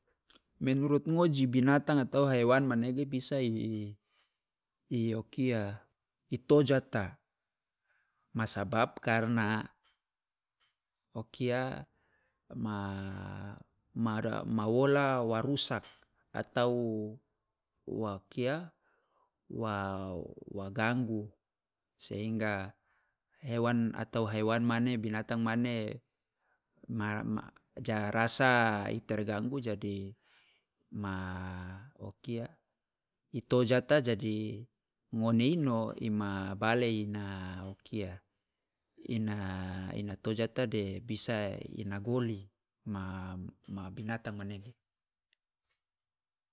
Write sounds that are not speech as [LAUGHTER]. Menurut ngoji, binatang atau haiwan manege bisa [HESITATION] o kia i tojata, masabab karena o kia ma ma wola wa rusak atau wa kia wa wa ganggu, sehingga hewan atau haiwan mane binatang mane ma ja rasa i terganggu jadi ma o kia i tojata jadi ngone ino i mabale ina kia ina ina tojata de bisa ina goli ma ma binatang manege.